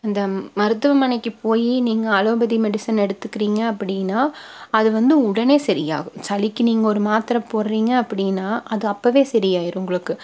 இந்த மருத்துவமனைக்கு போய் நீங்கள் அலோபதி மெடிசன் எடுத்துக்கிறீங்க அப்படின்னா அது வந்து உடனே சரியாகும் சளிக்கு நீங்கள் ஒரு மாத்திர போடுறீங்க அப்படின்னா அது அப்பவே சரியாயிடும் உங்களுக்கு